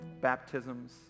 baptisms